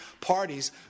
parties